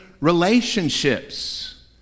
relationships